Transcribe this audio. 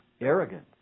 arrogant